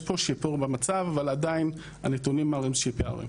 יש פה שיפור במצב אבל עדיין הנתונים מראים שיש פערים.